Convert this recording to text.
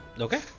Okay